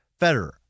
Federer